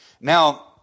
Now